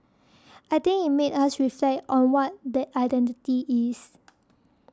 I think it made us reflect on what that identity is